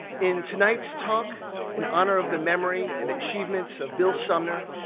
in tonight's talk in honor of the memory and achievements of bill sumner,